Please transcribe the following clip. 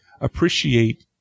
appreciate